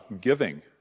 giving